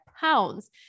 pounds